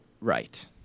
Right